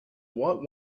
what